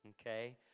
Okay